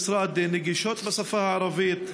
1. האם כל פעילויות המשרד נגישות בשפה הערבית?